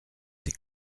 des